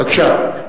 בבקשה.